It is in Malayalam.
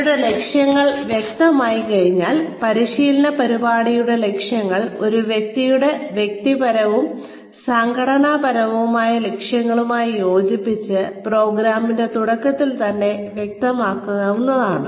അവരുടെ ലക്ഷ്യങ്ങൾ വ്യക്തമായിക്കഴിഞ്ഞാൽ പരിശീലന പരിപാടിയുടെ ലക്ഷ്യങ്ങൾ ഒരു വ്യക്തിയുടെ വ്യക്തിപരവും സംഘടനാപരവുമായ ലക്ഷ്യങ്ങളുമായി യോജിപ്പിച്ച് പ്രോഗ്രാമിന്റെ തുടക്കത്തിൽ തന്നെ വ്യക്തമാക്കാവുന്നതാണ്